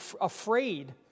afraid